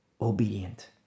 obedient